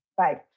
right